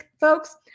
folks